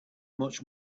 much